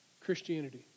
Christianity